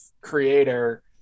creator